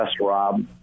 Rob